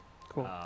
Cool